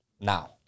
now